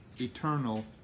eternal